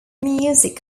music